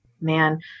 man